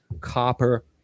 Copper